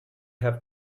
have